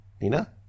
Nina